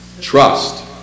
Trust